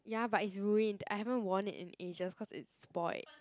ya but it's ruined I haven't worn it in ages cause it's spoilt